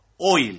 oil